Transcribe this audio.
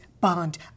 bond